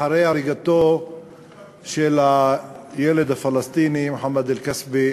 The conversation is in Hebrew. אחרי הריגתו של הילד הפלסטיני מוחמד עלי-כוסבה,